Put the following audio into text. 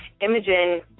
imaging